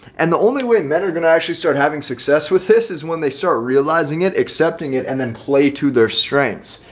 and the only way men are going to actually start having success with this is when they start realizing it, accepting it and then play to their strengths.